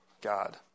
God